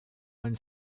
one